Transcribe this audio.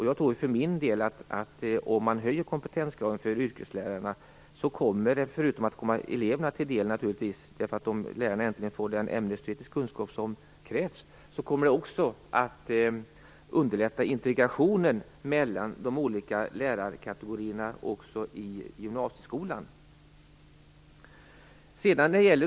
Jag tror för min del att en höjning av kompetenskraven för yrkeslärarna förutom att det naturligtvis kommer eleverna till del, eftersom lärarna äntligen får den ämnesteoretiska kunskap som krävs, också kommer att underlätta integrationen mellan de olika lärarkategorierna också i gymnasieskolan.